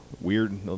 Weird